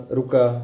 ruka